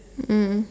mm